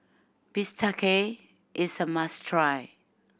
bistake is a must try